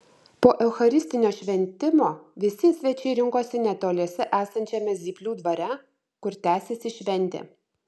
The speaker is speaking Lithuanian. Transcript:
po eucharistinio šventimo visi svečiai rinkosi netoliese esančiame zyplių dvare kur tęsėsi šventė